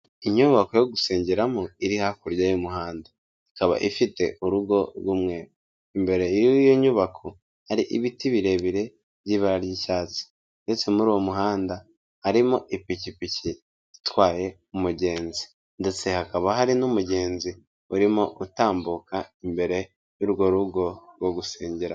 Inyubako yo gusengeramo iri hakurya y'umuhanda, ikaba ifite urugo rw'umweru, imbere y'iyo nyubako hari ibiti birebire by'ibara ry'icyatsi ndetse muri uwo muhanda, harimo ipikipiki itwaye umugenzi. Ndetse hakaba hari n'umugenzi urimo utambuka imbere y'urwo rugo rwo gusengeramo